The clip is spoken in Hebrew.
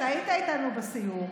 אתה היית איתנו בסיור,